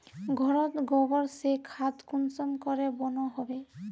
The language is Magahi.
घोरोत गबर से खाद कुंसम के बनो होबे?